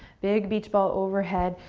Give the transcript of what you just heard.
big beach ball overhead,